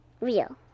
Real